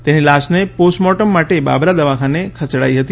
તેની લાશને પોસ્ટમોર્ટમ માટે બાબરા દવાખાને ખસેડાઇ હતી